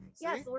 Yes